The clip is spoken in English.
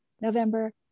November